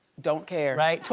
don't care. right?